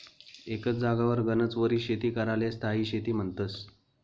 एकच जागावर गनच वरीस शेती कराले स्थायी शेती म्हन्तस